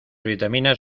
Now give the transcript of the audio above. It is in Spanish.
vitaminas